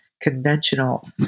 conventional